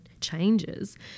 changes